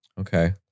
Okay